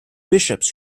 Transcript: bishops